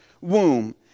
womb